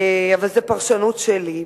אבל זו פרשנות שלי.